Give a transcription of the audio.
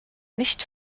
nicht